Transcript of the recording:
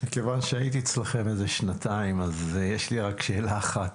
מכיוון שהייתי אצלכם שנתיים יש לי רק שאלה אחת.